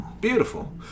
Beautiful